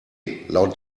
laut